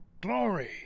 glory